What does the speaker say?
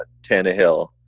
Tannehill